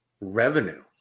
revenue